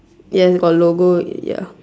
yes got logo ya